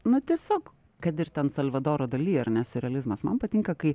na tiesiog kad ir ten salvadoro dali ar ne siurrealizmas man patinka kai